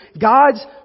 God's